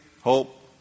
hope